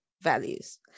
values